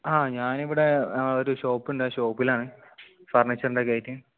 ആ ഞാനിവിടെ ആ ഒരു ഷോപ്പ് ഉണ്ട് ആ ഷോപ്പിലാണ് ഫർണീച്ചറിൻ്റെ ഒക്കെ ആയിട്ട്